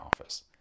office